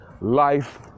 life